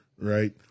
right